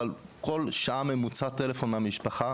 כל שעה בממוצע טלפון מהמשפחה